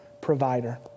provider